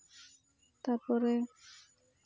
ᱛᱟᱨᱯᱚᱨᱮ